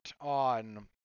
on